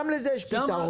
אז גם לזה יש פתרון.